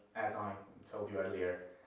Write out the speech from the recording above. as i told you earlier,